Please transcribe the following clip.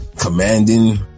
commanding